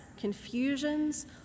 confusions